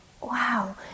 wow